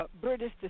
British